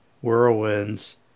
whirlwinds